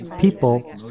People